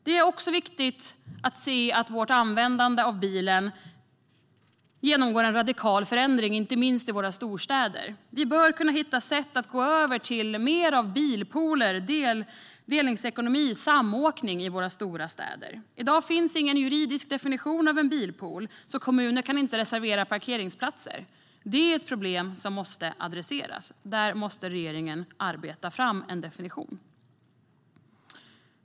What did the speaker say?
Det är också viktigt att se att vårt användande av bilen genomgår en radikal förändring, inte minst i storstäderna. Vi bör kunna hitta sätt att gå över till mer av bilpooler, delningsekonomi och samåkning i våra stora städer. I dag finns det ingen juridisk definition av en bilpool, så kommuner kan inte reservera parkeringsplatser. Det är ett problem som måste adresseras. Där måste regeringen arbeta fram en definition. Herr talman!